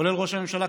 כולל ראש הממשלה,